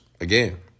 again